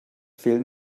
fehlen